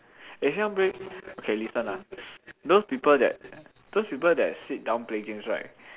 eh sit down play okay listen ah those people that those people that sit down play games right